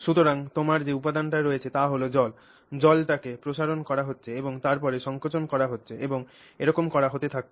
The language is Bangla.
সুতরাং তোমার যে উপাদানটি রয়েছে তা হল জল জলটিকে প্রসারণ করা হচ্ছে এবং তারপরে সংকোচন করা হচ্ছে এবং এরকম করা হতে থাকছে